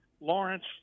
Lawrence